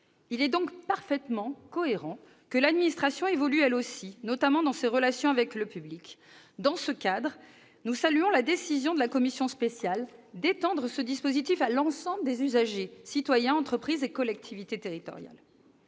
Il est donc parfaitement cohérent que l'administration évolue elle aussi, notamment dans ses relations avec le public. Dans ce cadre, nous saluons la décision de la commission spéciale d'étendre ce dispositif à l'ensemble des usagers : citoyens, entreprises et collectivités territoriales.